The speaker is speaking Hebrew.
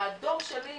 והדור שלי,